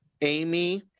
Amy